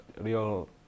real